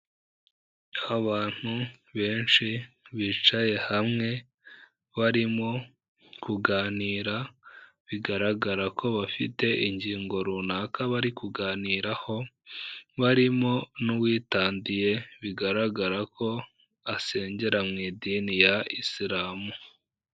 Abantu benshi bicaye hamwe, barimo kuganira bigaragara ko bafite ingingo runaka bari kuganiraho, barimo n'uwitandiye bigaragara ko asengera mu idini ya isilamu.